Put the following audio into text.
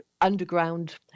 underground